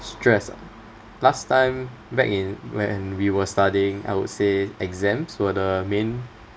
stress ah last time back in when we were studying I would say exams were the main